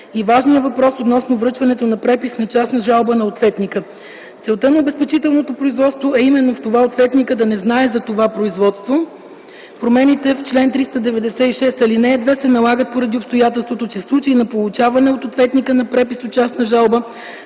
и важния въпрос относно връчването на препис на частна жалба на ответника. Целта на обезпечителното производство е именно в това ответникът да не знае за това производство. Промените в чл. 396, ал. 2 се налагат поради обстоятелството, че в случай на получаване от ответника на препис от частна жалба,